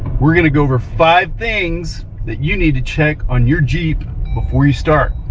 we're gonna go over five things that you need to check on your jeep before you start.